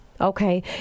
Okay